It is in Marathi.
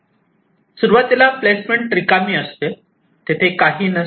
सुरुवातीला प्लेसमेंट रिकामी असते तेथे काहीही नसते